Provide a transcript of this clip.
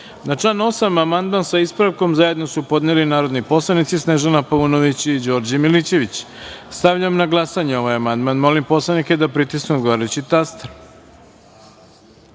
član 8. amandman, sa ispravkom, zajedno su podneli narodni poslanici Snežana Paunović i Đorđe Milićević. Stavljam na glasanje ovaj amandman. Molim narodne poslanike da pritisnu odgovarajući